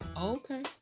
Okay